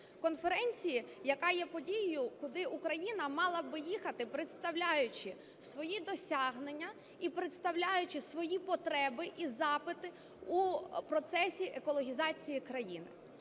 конференції, яка є подією, куди Україна мала б їхати, представляючи свої досягнення і представляючи свої потреби і запити у процесі екологізації країни.